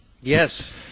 Yes